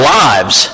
lives